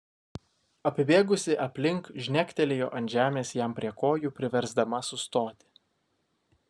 apibėgusi aplink žnektelėjo ant žemės jam prie kojų priversdama sustoti